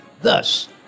Thus